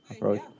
right